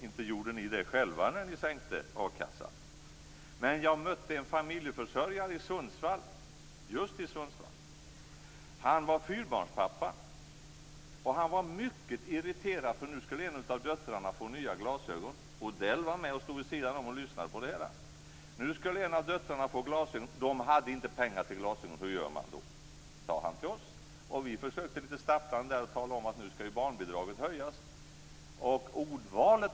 Inte gjorde ni själva detta när ni sänkte a-kasseersättningen. Jag mötte just i Sundsvall en familjeförsörjare, en fyrbarnspappa som var mycket irriterad. Odell stod vid sidan av och lyssnade på det hela. En av döttrarna skulle få nya glasögon, men man hade inte pengar till dem. Hur gör man då, sade han till oss. Vi försökte litet stapplande tala om att barnbidraget nu skall höjas.